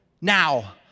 Now